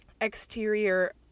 exterior